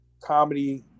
comedy